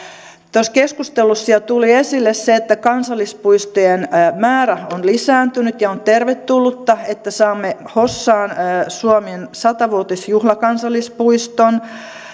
tuossa keskustelussa jo tuli esille se että kansallispuistojen määrä on lisääntynyt ja on tervetullutta että saamme hossaan suomen satavuotisjuhlakansallispuiston